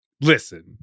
Listen